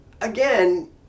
again